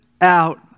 out